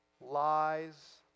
lies